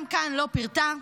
גם כאן לא פירטה.